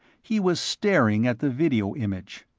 he was staring at the video image.